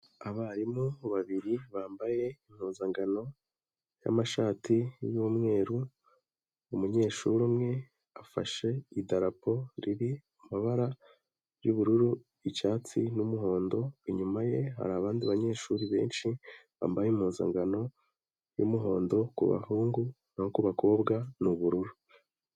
Abarimu babiri bambaye impuzankano y'amashati y'umweru, umunyeshuri umwe afashe idarapo riri mu mabara y'ubururu, icyatsi n'umuhondo, inyuma ye hari abandi banyeshuri benshi bambaye impuzankano y'umuhondo ku bahungu no ku bakobwa ni ubururu.